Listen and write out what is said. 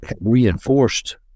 reinforced